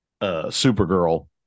Supergirl